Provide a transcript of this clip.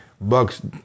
Bucks